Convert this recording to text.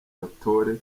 batore